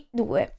due